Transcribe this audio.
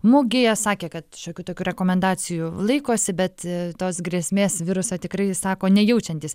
mugėje sakė kad šiokių tokių rekomendacijų laikosi bet tos grėsmės viruso tikrai sako nejaučiantys